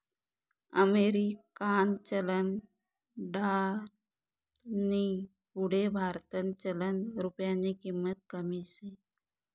अमेरिकानं चलन डालरनी पुढे भारतनं चलन रुप्यानी किंमत कमी शे